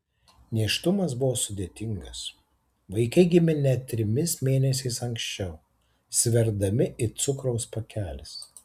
nėštumas buvo sudėtingas vaikai gimė net trimis mėnesiais anksčiau sverdami it cukraus pakelis